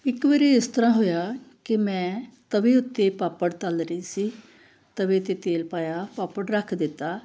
ਇੱਕ ਵਾਰ ਇਸ ਤਰ੍ਹਾਂ ਹੋਇਆ ਕਿ ਮੈਂ ਤਵੇ ਉੱਤੇ ਪਾਪੜ ਤਲ ਰਹੀ ਸੀ ਤਵੇ 'ਤੇ ਤੇਲ ਪਾਇਆ ਪਾਪੜ ਰੱਖ ਦਿੱਤਾ